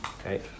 Okay